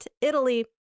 Italy